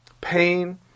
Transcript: pain